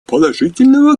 положительного